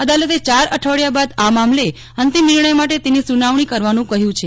અદાલતે ચાર અઠવાડિયા બાદ આ મામલે અંતિમ નિર્ણય માટે તેની સુનાવણી કરવાનું કહ્યું છે